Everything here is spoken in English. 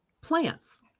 plants